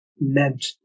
meant